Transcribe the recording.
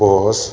bus